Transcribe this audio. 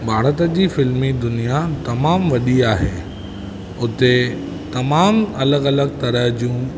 भारत जी फिल्मी दुनिया तमामु वॾी आहे हुते तमामु अलॻि अलॻि तरह जूं